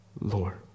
Lord